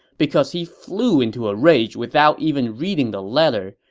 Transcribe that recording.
because he flew into a rage without even reading the letter.